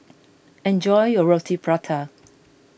enjoy your Roti Prata